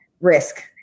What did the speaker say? risk